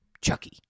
Chucky